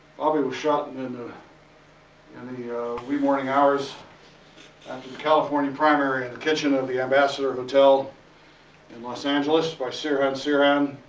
bobby was shot in in ah and the wee morning hours after the california primary, in the kitchen of the ambassador hotel in los angeles by sirhan sirhan.